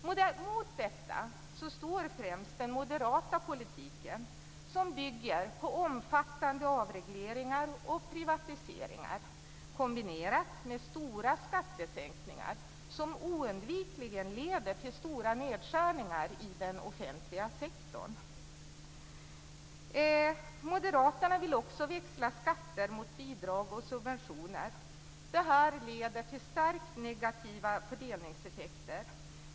Mot detta står främst den moderata politiken, som bygger på omfattande avregleringar och privatiseringar, kombinerat med stora skattesänkningar, som oundvikligen leder till stora nedskärningar i den offentliga sektorn. Moderaterna vill också växla skatter mot bidrag och subventioner. Det leder till starkt negativa fördelningseffekter.